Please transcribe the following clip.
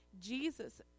Jesus